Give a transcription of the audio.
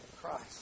Christ